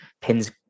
pins